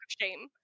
shame